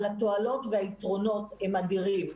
אבל התועלות והיתרונות הם אדירים.